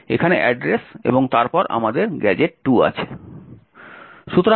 এখানে অ্যাড্রেস এবং তারপর আমাদের গ্যাজেট 2 আছে